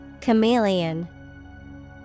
Chameleon